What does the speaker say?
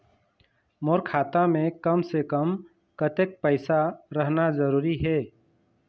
मोर खाता मे कम से से कम कतेक पैसा रहना जरूरी हे?